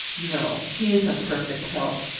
no. he is in perfect health.